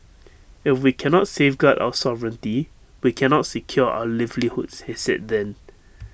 if we cannot safeguard our sovereignty we cannot secure our livelihoods he said then